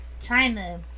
China